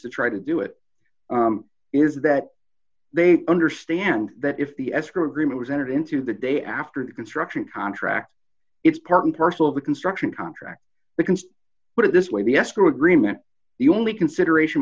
to try to do it is that they understand that if the escrow agreement was entered into the day after the construction contract it's part and parcel of the construction contract they can put it this way the escrow agreement the only consideration